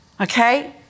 okay